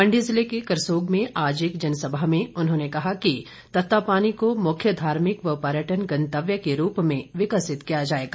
मण्डी जिले के करसोग में आज एक जनसभा में उन्होंने कहा कि ततापानी को मुख्य धार्मिक व पर्यटन गंतव्य के रूप में विकसित किया जाएगा